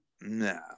No